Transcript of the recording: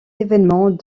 événements